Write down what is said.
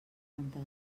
rentar